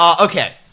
okay